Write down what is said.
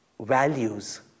values